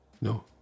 No